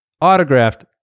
autographed